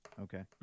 Okay